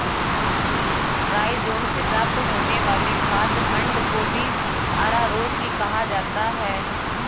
rhizome से प्राप्त होने वाले खाद्य मंड को भी अरारोट ही कहा जाता है